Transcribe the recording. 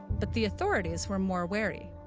but the authorities were more wary.